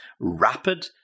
rapid